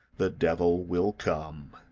the devil will come,